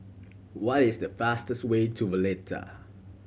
what is the fastest way to Valletta